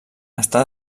està